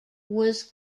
was